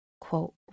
quote